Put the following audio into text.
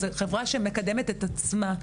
זאת חברה שמקדמת את עצמה,